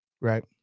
Right